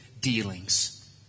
dealings